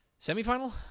semifinal